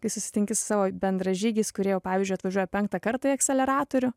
kai susitinki su savo bendražygiais kurie jau pavyzdžiui atvažiuoja penktą kartą į akseleratorių